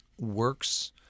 works